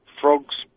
Frogs